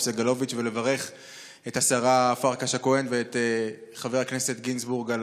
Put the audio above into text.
סגלוביץ' ולברך את השרה פרקש הכהן ואת חבר הכנסת גינזבורג על